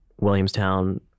Williamstown